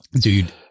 dude